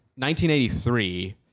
1983